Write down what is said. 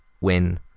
win